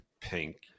pink